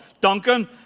Duncan